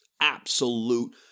absolute